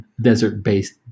desert-based